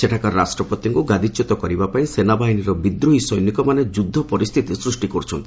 ସେଠାକାର ରାଷ୍ଟ୍ରପତିଙ୍କ ଗାଦିଚ୍ୟତ କରିବାପାଇଁ ସେନାବାହିନୀର ବିଦ୍ରୋହୀ ସୈନିକମାନେ ଯୁଦ୍ଧ ପରିସ୍ଥିତି ସୃଷ୍ଟି କରୁଛନ୍ତି